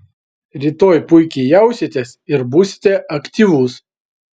rytoj puikiai jausitės ir būsite aktyvus